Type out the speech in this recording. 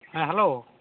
ᱦᱮᱸ ᱦᱮᱞᱳ